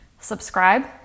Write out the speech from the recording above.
subscribe